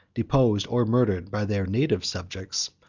deposed, or murdered, by their native subjects,